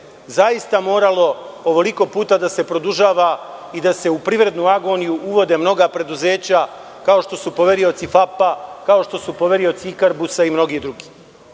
zaista moralo ovoliko puta da se produžava i da se u privrednu agoniju uvode mnoga preduzeća, kao što su poverioci FAP-a, kao što su poverioci „Ikarbusa“ i mnogi